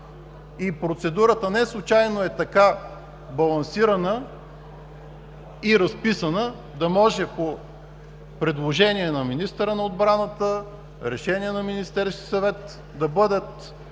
и процедурата неслучайно е така балансирана и разписана - да може по предложение на министъра на отбраната, решение на Министерски съвет да бъдат